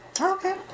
Okay